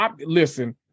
listen